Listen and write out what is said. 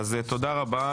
תודה רבה.